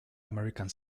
american